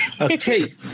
Okay